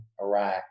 Iraq